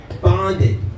bonded